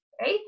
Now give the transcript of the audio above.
right